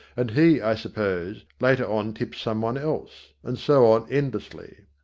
and he, i suppose, later on tips someone else, and so on endlessly.